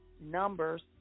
numbers